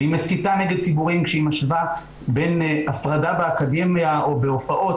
והיא מסיתה נגד ציבורים כשהיא משווה בין הפרדה באקדמיה או בהופעות,